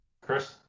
Chris